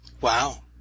Wow